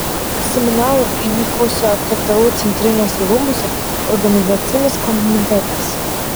seminaro įvykusio ktu centriniuose rūmuose organizacinis komitetas